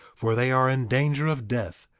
for they are in danger of death,